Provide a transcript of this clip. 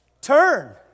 Turn